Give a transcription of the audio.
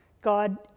God